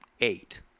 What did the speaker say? eight